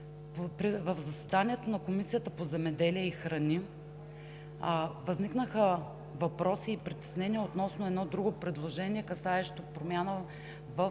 В заседанието на Комисията по земеделието и храните възникнаха въпроси и притеснения относно друго предложение, касаещо промяна в